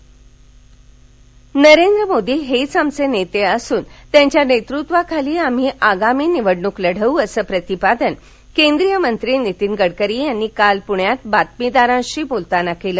नितीन गडकरी नरेंद्र मोदी हेच आमचे नेते असून त्यांच्या नेतृत्वाखाली आम्ही आगामी निवडणूक लढव् असं प्रतिपादन केंद्रीय मंत्री नितीन गडकरी यांनी काल पुण्यात बातमीदारांशी बोलताना केलं